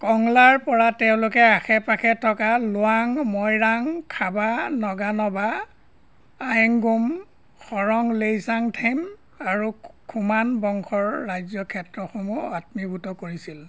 কংলাৰপৰা তেওঁলোকে আশে পাশে থকা লুৱাং মইৰাং খাবা নগানবা আংগোম সৰং লেইছাংথেম আৰু খুমান বংশৰ ৰাজ্যক্ষেত্ৰসমূহ আত্মীভূত কৰিছিল